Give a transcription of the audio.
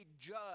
judge